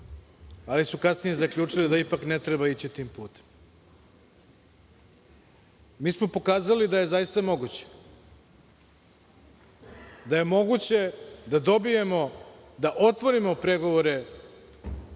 ali su kasnije zaključili da ipak ne treba ići tim putem. Mi smo pokazali da je zaista moguće, da je moguće da dobijemo, da otvorimo pregovore